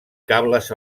cables